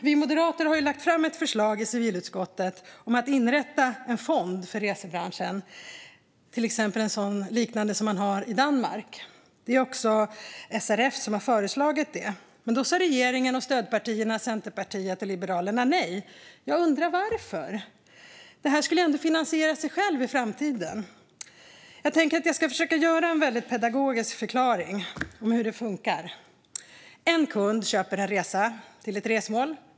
Vi moderater lade fram ett förslag i civilutskottet om att inrätta en fond för resebranschen, liknande den som exempelvis Danmark har. Det har också SRF föreslagit. Men det sa regeringen och stödpartierna Centerpartiet och Liberalerna nej till. Jag undrar varför. Den skulle ändå finansiera sig själv i framtiden. Jag ska försöka göra en väldigt pedagogisk förklaring av hur det fungerar: En kund köper, för låt oss säga 10 000 kronor, en resa till ett resmål.